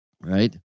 Right